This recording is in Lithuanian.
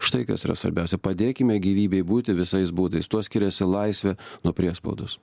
štai kas yra svarbiausia padėkime gyvybei būti visais būdais tuo skiriasi laisvė nuo priespaudos